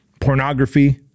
pornography